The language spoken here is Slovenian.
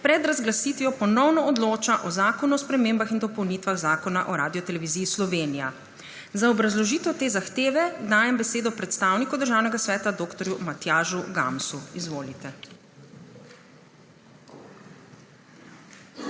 pred razglasitvijo ponovno odloča o Zakonu o spremembah in dopolnitvah Zakona o Radioteleviziji Slovenija. Za obrazložitev te zahteve dajem besedo predstavniku Državnega sveta dr. Matjažu Gamsu. Izvolite.